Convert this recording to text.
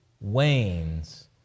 wanes